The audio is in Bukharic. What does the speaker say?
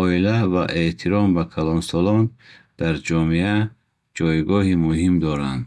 Оила ва эҳтиром ба калонсолон дар ҷомеа ҷойгоҳи муҳим доранд.